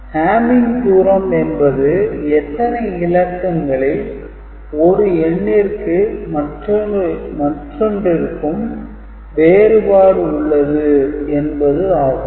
hamming தூரம் என்பது எத்தனை இலக்கங்களில் ஒரு எண்ணிற்கு மற்றொன்றிற்கும் வேறுபாடு உள்ளது என்பது ஆகும்